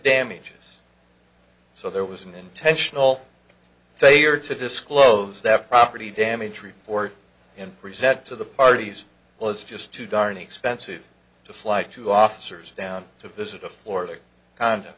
damages so there was an intentional failure to disclose that property damage report and present to the parties well it's just too darn expensive to fly two officers down to visit a florida